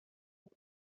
mit